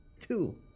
Two